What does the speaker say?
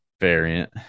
variant